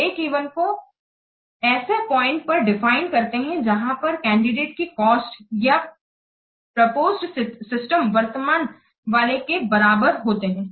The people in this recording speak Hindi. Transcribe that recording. ब्रेक इवन को ऐसे पॉइंट पर डिफाइन करते हैं जहां पर कैंडिडेट की कॉस्ट या प्रपोज सिस्टम वर्तमान वाले के बराबर होते हैं